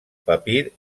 papir